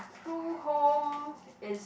true home is